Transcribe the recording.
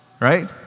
Right